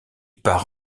part